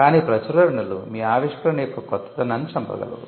కానీ ప్రచురణలు మీ ఆవిష్కరణ యొక్క కొత్తదనాన్ని చంపగలవు